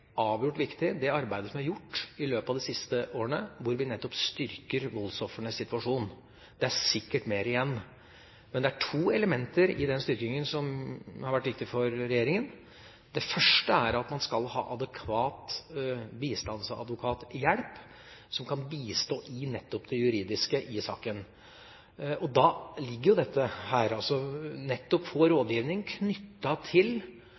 avgjort viktig. Det er sikkert mer igjen, men det er to elementer i den styrkingen som har vært viktig for regjeringa. Det første er at man skal ha adekvat bistandsadvokathjelp nettopp til det juridiske i saken. I det ligger det nettopp å få rådgivning knyttet til behandlingen av straffesaken. Jeg mener også at man bør få